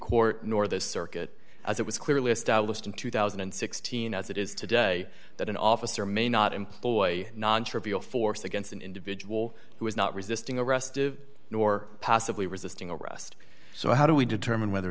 court nor the circuit as it was clearly established in two thousand and sixteen as it is today that an officer may not employ nontrivial force against an individual who is not resisting arrest of nor possibly resisting arrest so how do we determine whether